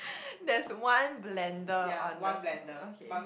there is one blender one the s~ okay